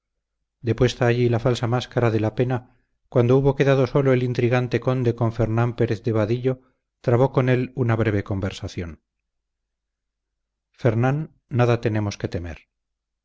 depuesta allí la falsa máscara de la pena cuando hubo quedado solo el intrigante conde con fernán pérez de vadillo trabó con él una breve conversación fernán nada tenemos que temer